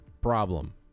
problem